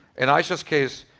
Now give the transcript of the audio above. in aisha's case,